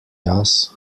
jaz